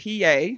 PA